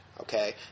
okay